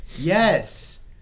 Yes